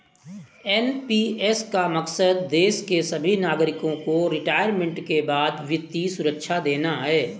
NPS का मकसद देश के सभी नागरिकों को रिटायरमेंट के बाद वित्तीय सुरक्षा देना है